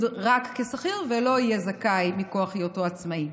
רק כשכיר ולא יהיה זכאי מכוח היותו עצמאי.